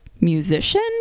musician